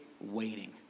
waiting